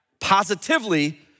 positively